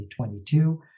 2022